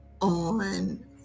on